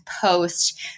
post